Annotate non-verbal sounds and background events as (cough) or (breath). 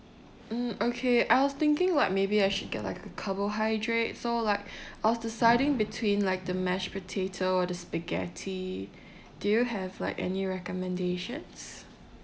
mm okay I was thinking like maybe I should get like a carbohydrate so like (breath) I was deciding between like the mashed potato or the spaghetti (breath) do you have like any recommendations